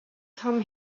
come